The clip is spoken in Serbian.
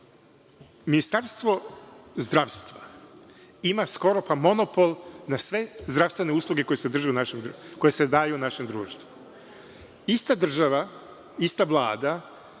Ministarstvo zdravstva ima skoro, pa monopol na sve zdravstvene usluge koje se daju našem društvu. Ista država, ista Vlada